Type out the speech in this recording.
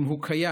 אם הוא קיים,